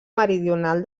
meridional